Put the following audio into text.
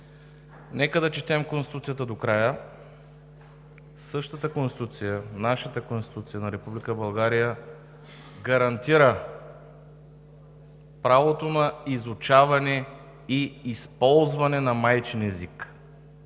Нека да четем Конституцията до края. Същата Конституция – нашата Конституция на Република България, гарантира правото на изучаване и използване на майчин език.